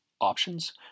options